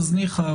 זה ניחא,